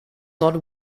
not